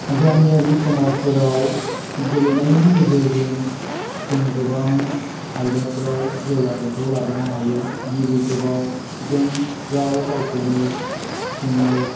गामियारि समाजफोराव गेलेनायनि गेजेरजों जोङो गोबां आयदाफोराव जौगाथायखौ लाबोनो हायो गिबिखेबाव जों बेयाव गावखौनो जोङो